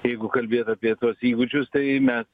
jeigu kalbėt apie tuos įgūdžius tai mes